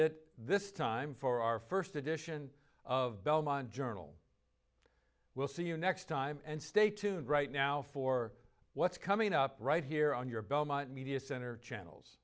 it this time for our first edition of belmont journal we'll see you next time and stay tuned right now for what's coming up right here on your belmont media center channel